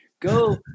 Go